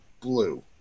blue